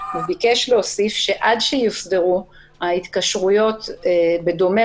הוא ביקש להוסיף שעד שיוסדרו ההתקשרויות בדומה